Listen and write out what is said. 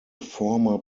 former